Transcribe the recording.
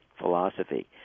philosophy